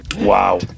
Wow